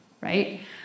right